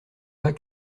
pas